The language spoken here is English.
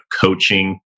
coaching